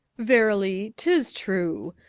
verily, tis true.